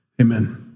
amen